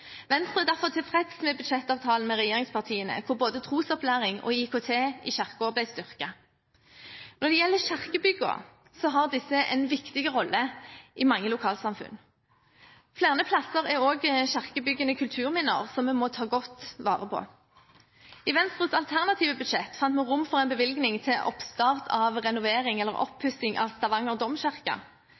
Venstre er derfor tilfreds med budsjettavtalen med regjeringspartiene hvor både trosopplæring og IKT i Kirken ble styrket. Når det gjelder kirkebyggene, har disse en viktig rolle i mange lokalsamfunn. På flere plasser er også kirkebyggene kulturminner som vi må ta godt vare på. I Venstres alternative budsjett fant vi rom for en bevilgning til oppstart av oppussing av Stavanger